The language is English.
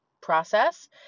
process